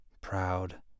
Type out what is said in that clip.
proud